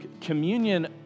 Communion